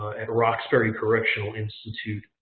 at roxbury correctional institute,